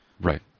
Right